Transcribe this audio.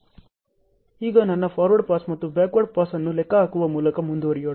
ಈಗ ನನ್ನ forward pass ಮತ್ತು ಬ್ಯಾಕ್ವರ್ಡ್ ಪಾಸ್ ಅನ್ನು ಲೆಕ್ಕಹಾಕುವ ಮೂಲಕ ಮುಂದುವರಿಯೋಣ